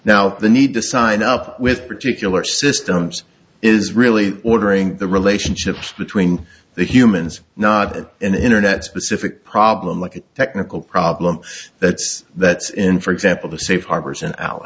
now the need to sign up with particular systems is really ordering the relationship between the humans not the internet specific problem like a technical problem that's that's in for example the safe harbors and al